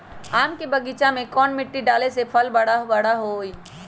आम के बगीचा में कौन मिट्टी डाले से फल बारा बारा होई?